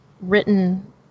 written